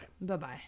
Bye-bye